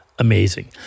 Amazing